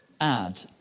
add